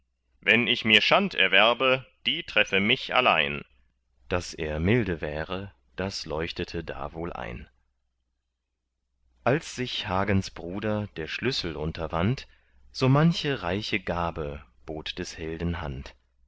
wenn ich mir schand erwerbe die treffe mich allein daß er milde wäre das leuchtete da wohl ein als sich hagens bruder der schlüssel unterwand so manche reiche gabe bot des helden hand